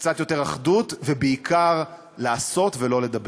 קצת יותר אחדות, ובעיקר לעשות ולא לדבר.